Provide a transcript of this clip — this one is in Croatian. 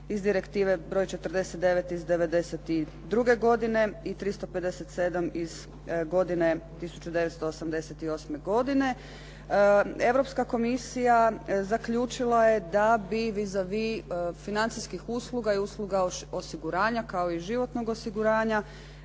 iz Direktive br. 49 iz '92. godine i 357 iz godine 1988. godine. Europska komisija zaključila je da bi vis a vis financijskih usluga i usluga osiguranja, kao i životnog osiguranja